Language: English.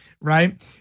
right